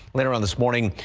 later um this morning,